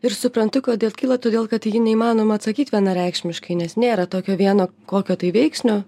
ir suprantu kodėl kyla todėl kad į jį neįmanoma atsakyt vienareikšmiškai nes nėra tokio vieno kokio tai veiksnio